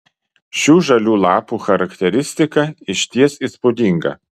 šių žalių lapų charakteristika išties įspūdinga